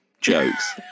Jokes